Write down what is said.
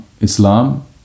Islam